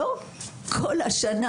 לא כל השנה,